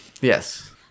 Yes